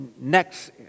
next